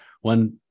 one